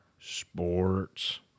sports